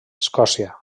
escòcia